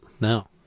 No